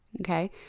Okay